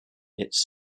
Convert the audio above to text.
its